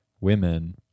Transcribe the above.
women